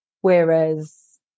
whereas